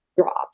drop